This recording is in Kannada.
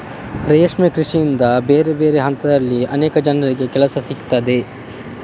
ರೇಷ್ಮೆ ಕೃಷಿಯಿಂದ ಬೇರೆ ಬೇರೆ ಹಂತದಲ್ಲಿ ಅನೇಕ ಜನರಿಗೆ ಕೆಲಸ ಸಿಗ್ತದೆ